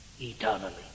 eternally